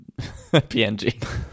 png